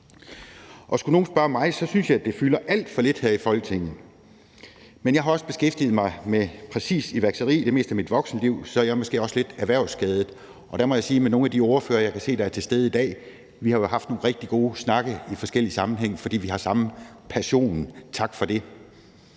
Og skulle nogen spørge mig, synes jeg, det fylder alt for lidt her i Folketinget. Men jeg har også beskæftiget mig med præcis iværksætteri i det meste af mit voksenliv, så jeg er måske lidt erhvervsskadet. Og der må jeg med hensyn til de ordførere, jeg kan se er til stede i dag, sige, at vi har haft rigtig gode snakke i forskellige sammenhænge, fordi vi har samme passion. Tak for det.